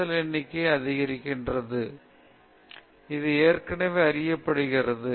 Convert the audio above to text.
எனவே நாம் வெளிப்படையாக மறுபரிசீலனை செய்யக்கூடாது அது ஏற்கனவே தெரிந்திருந்தது அது ஏற்கனவே அறியப்படுகிறது